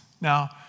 Now